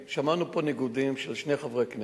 שמענו פה ניגודים של שני חברי כנסת,